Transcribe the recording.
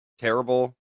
terrible